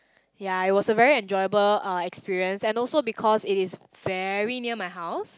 ya it was a very enjoyable uh experience and also because it is very near my house